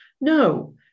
No